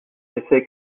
effet